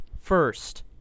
first